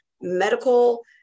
medical